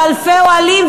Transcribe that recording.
ואלפי אוהלים,